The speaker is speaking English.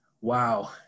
wow